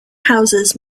houses